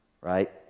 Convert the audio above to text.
right